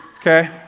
okay